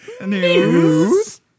News